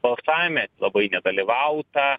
balsavime labai nedalyvauta